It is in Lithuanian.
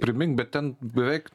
primink bet ten beveik